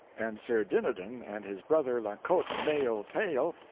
and sir dinadan and his brother la cote male taile,